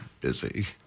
busy